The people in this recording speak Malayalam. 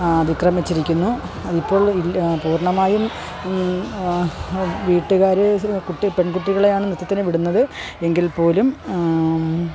അതിക്രമിച്ചിരിക്കുന്നു അതിപ്പോൾ ഇല്ല പൂർണ്ണമായും വീട്ടുകാർ കുട്ടി പെൺകുട്ടികളെയാണ് നൃത്തത്തിന് വിടുന്നത് എങ്കിൽപ്പോലും